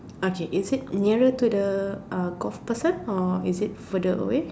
okay is it nearer to the uh golf person or is it further away